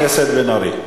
חבר הכנסת בן-ארי.